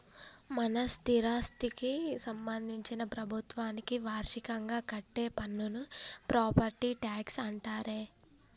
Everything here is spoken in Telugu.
మన స్థిరాస్థికి సంబందించిన ప్రభుత్వానికి వార్షికంగా కట్టే పన్నును ప్రాపట్టి ట్యాక్స్ అంటారే